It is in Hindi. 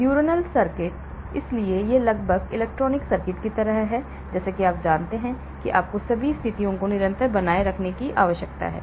न्यूरोनल सर्किट इसलिए यह लगभग इलेक्ट्रॉनिक सर्किट की तरह है इसलिए जैसा कि आप जानते हैं कि आपको सभी स्थितियों को निरंतर बनाए रखने की आवश्यकता है